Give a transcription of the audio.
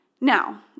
Now